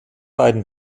beiden